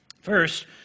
First